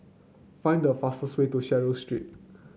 find the fastest way to Swallow Street